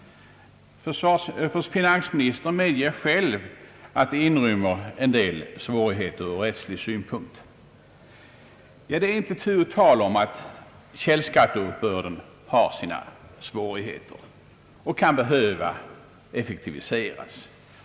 Finansministern medger själv att den inrymmer en del svårigheter ur rättslig synvinkel. Det är inte tu tal om att källskatteuppbörden har sina svårigheter och kan behöva effektiviseras.